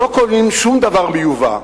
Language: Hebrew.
שלא קונים שום דבר מיובא,